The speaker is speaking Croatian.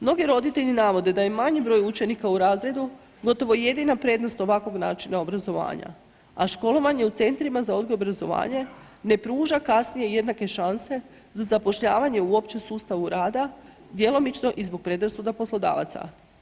Mnogi roditelji navode da je manji broj učenika u razredu gotovo jedina prednost ovakvog načina obrazovanja, a školovanje u centrima za odgoj i obrazovanje ne pruža kasnije jednake šanse za zapošljavanje u općem sustavu rada djelomično i zbog predrasuda poslodavaca.